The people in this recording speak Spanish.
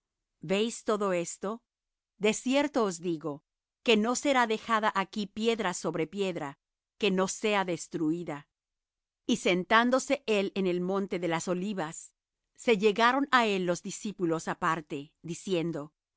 veis todo esto de cierto os digo que no será dejada aquí piedra sobre piedra que no sea destruída y sentándose él en el monte de las olivas se llegaron á él los discípulos aparte diciendo